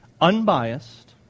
unbiased